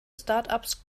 startups